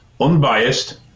unbiased